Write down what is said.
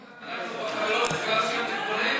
אדבר,